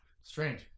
Strange